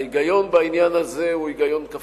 ההיגיון בעניין הזה הוא היגיון כפול.